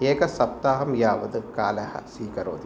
एकसप्ताहः यावत् कालः स्वीकरोति